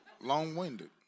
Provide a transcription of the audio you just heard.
Long-winded